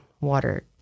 water